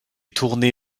tourné